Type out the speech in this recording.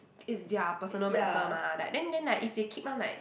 it's their personal matter mah like then then like if they keep on like